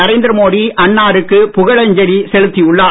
நரேந்திர மோடி அன்னாருக்கு புகழஞ்சலி செலுத்தி உள்ளார்